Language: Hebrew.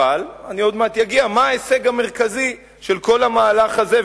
אבל אני עוד מעט אגיע להישג המרכזי של כל המהלך הזה,